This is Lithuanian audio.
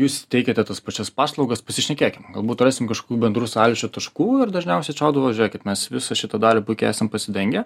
jūs teikiate tas pačias paslaugas pasišnekėkim galbūt rasim kažkokių bendrų sąlyčio taškų ir dažniausiai atšaudavo žiūrėkit mes visą šitą dalį puikiai esam pasidengę